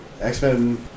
X-Men